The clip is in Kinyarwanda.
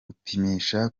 gupimisha